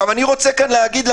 אני רוצה כאן להגיד,